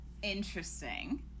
interesting